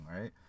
Right